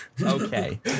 okay